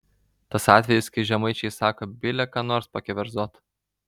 tas atvejis kai žemaičiai sako bile ką nors pakeverzot